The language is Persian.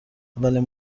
اولین